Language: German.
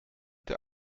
der